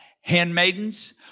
handmaidens